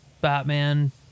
Batman